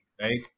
right